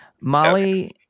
Molly